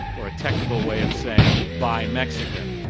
or a technical way of saying, buy mexican.